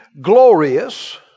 glorious